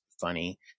funny